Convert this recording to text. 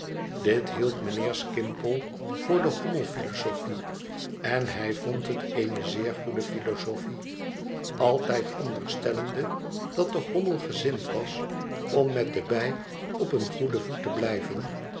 dit hield mijnheer skimpole voor de hommelphilosophie en hij vond het eene zeer goede philosophie altijd onderstellende dat de hommel gezind was om met de bij op een goeden voet te blijven